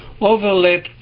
overlap